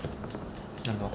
ya lor